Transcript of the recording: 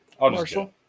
Marshall